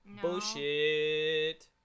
Bullshit